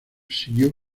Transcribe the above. siguió